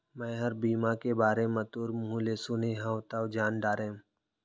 मैंहर बीमा के बारे म तोर मुँह ले सुने हँव तव जान डारेंव